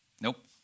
Nope